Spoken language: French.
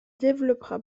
développera